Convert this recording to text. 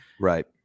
right